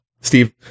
Steve